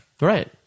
Right